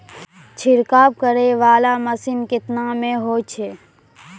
छिड़काव करै वाला मसीन केतना मे होय छै?